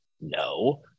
No